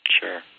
Sure